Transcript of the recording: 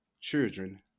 children